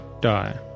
die